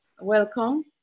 Welcome